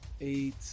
Eight